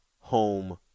home